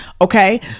okay